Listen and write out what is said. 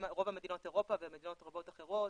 רוב מדינות אירופה ומדינות רבות אחרות,